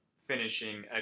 finishing